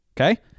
Okay